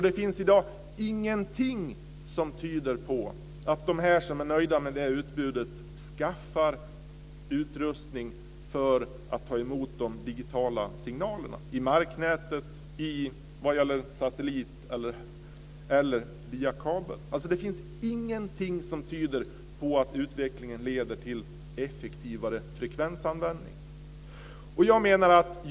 Det finns i dag ingenting som tyder på att de som är nöjda med det utbudet skaffar utrustning för att ta emot de digitala signalerna i marknätet, från satellit eller via kabel. Det finns ingenting som tyder på att utvecklingen leder till effektivare frekvensanvändning.